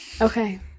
Okay